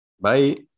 Bye